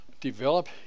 Develop